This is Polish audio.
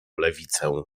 lewicę